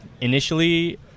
initially